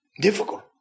Difficult